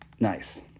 Nice